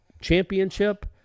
championship